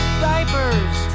diapers